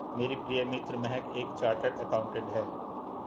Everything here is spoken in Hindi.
मेरी प्रिय मित्र महक एक चार्टर्ड अकाउंटेंट है